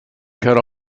cut